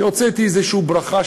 שהוצאתי איזו ברכה,